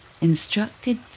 instructed